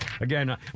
Again